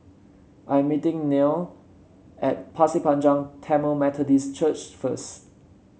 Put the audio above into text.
I am meeting Nell at Pasir Panjang Tamil Methodist Church first